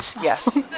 Yes